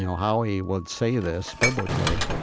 how he would say this biblically.